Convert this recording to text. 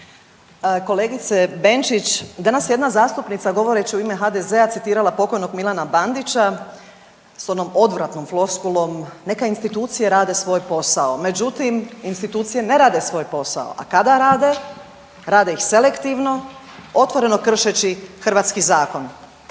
Kolegice Benčić, danas je jedna zastupnica govoreć u ime HDZ-a citirala pokojnog Milana Bandića s onom odvratnom floskulom „neka institucije rade svoj posao“. Međutim, institucije ne rade svoj posao, a kada rade rade ih selektivno otvoreno kršeći hrvatski zakon.